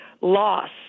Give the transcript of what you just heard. loss